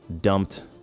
dumped